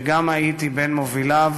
שגם הייתי בין מוביליו,